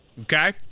Okay